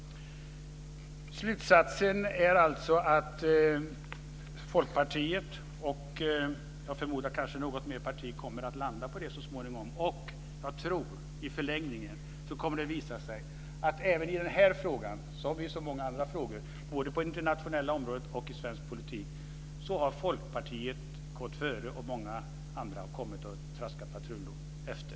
Slutsatsen är alltså att Folkpartiet och kanske något mer parti kommer att landa på det så småningom. I förlängningen kommer det att visa sig att Folkpartiet - även i den här frågan som i så många andra, både på det internationella området och i svensk politik - har gått före och många andra har traskat patrullo efter.